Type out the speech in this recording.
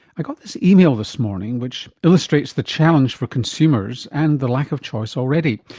i got this email this morning which illustrates the challenge for consumers and the lack of choice already.